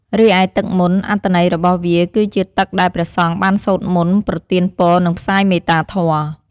រីឯទឹកមន្ត អត្ថន័យរបស់វាគឺជាទឹកដែលព្រះសង្ឃបានសូត្រមន្ត ប្រទានពរ និងផ្សាយមេត្តាធម៌។